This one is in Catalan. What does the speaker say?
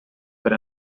per